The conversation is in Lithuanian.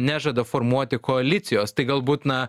nežada formuoti koalicijos tai galbūt na